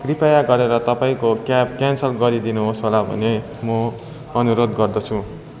कृपया गरेर तपाईँको क्याब क्यान्सल गरिदिनुहोस् होला भनी म अनुरोध गर्दछु